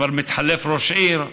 וכבר מתחלף ראש עיר.